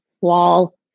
wall